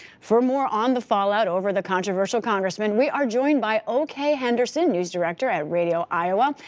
for more on the fallout over the controversial congressman, we are joined by o. kay henderson, news director at radio iowa,